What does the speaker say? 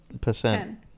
percent